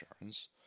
insurance